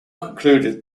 concluded